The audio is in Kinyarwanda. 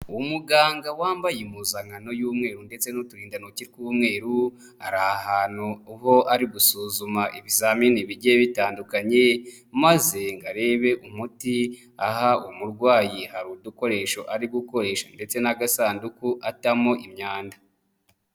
Umuganga wambaye impuzankano y'umweru ndetse n'uturindantoki tw'umweru ari ahantu aho ari gusuzuma ibizamini bigiye bitandukanye, maze ngo arebe umuti aha umurwayi, hari udukoresho ari gukoresha ndetse n'agasanduku atamo imyanda.